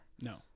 no